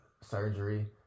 surgery